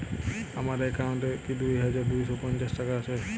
আমার অ্যাকাউন্ট এ কি দুই হাজার দুই শ পঞ্চাশ টাকা আছে?